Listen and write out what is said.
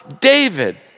David